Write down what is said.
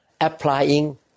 Applying